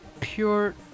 pure